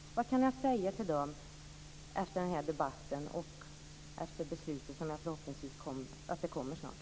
Vad ska jag säga till dem efter debatten och efter de beslut som förhoppningsvis snart ska fattas?